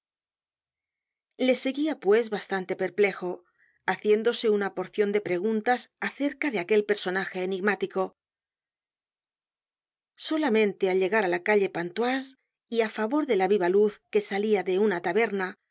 le seguia pues bastante perplejo haciéndose una porcion de preguntas acerca de aquel personaje enigmático solamente al llegar á la calle pontoise y á favor de la viva luz que salia de una taberna